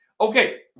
Okay